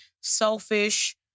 selfish